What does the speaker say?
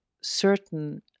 certain